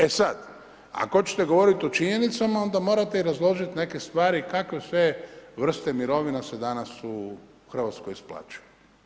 E sad, ako hoćete govoriti o činjenicama onda morate i razložit neke stvari kakve sve vrste mirovina se danas u Hrvatskoj isplaćuju.